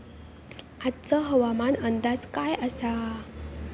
आजचो हवामान अंदाज काय आसा?